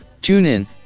TuneIn